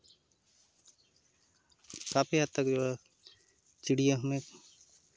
काफ़ी हद तक जो है चिड़िया हमें